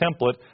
template